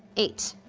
eight.